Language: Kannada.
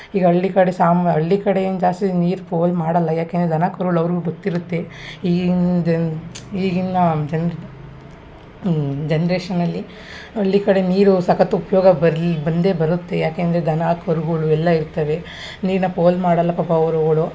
ಈಗ ಹಳ್ಳಿ ಕಡೆ ಸಾಮ ಹಳ್ಳಿ ಕಡೆ ಏನು ಜಾಸ್ತಿ ನೀರು ಪೋಲು ಮಾಡಲ್ಲ ಯಾಕೆಂದರೆ ದನ ಕರುಗಳು ಅವ್ರಿಗೂ ಗೊತ್ತಿರುತ್ತೆ ಈ ಒಂದು ಈಗಿನ ಜನ್ರ್ ಜನ್ರೇಷನಲ್ಲಿ ಹಳ್ಳಿ ಕಡೆ ನೀರು ಸಖತ್ತು ಉಪ್ಯೋಗಕ್ಕೆ ಬರ್ಲ್ ಬಂದೇ ಬರುತ್ತೆ ಯಾಕೆಂದರೆ ದನ ಕರುಗಳು ಎಲ್ಲ ಇರ್ತವೆ ನೀರನ್ನ ಪೋಲು ಮಾಡಲ್ಲ ಪಾಪ ಅವ್ರುಗಳು